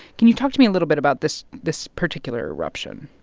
can you talk to me a little bit about this this particular eruption?